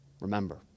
Remember